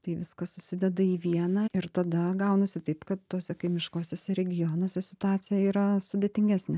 tai viskas susideda į vieną ir tada gaunasi taip kad tuose kaimiškuosiuose regionuose situacija yra sudėtingesnė